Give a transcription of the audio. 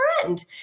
friend